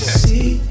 see